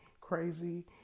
crazy